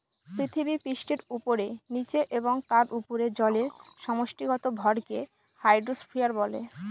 পৃথিবীপৃষ্ঠের উপরে, নীচে এবং তার উপরে জলের সমষ্টিগত ভরকে হাইড্রোস্ফিয়ার বলে